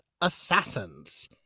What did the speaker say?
assassins